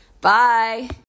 Bye